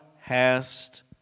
hast